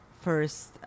first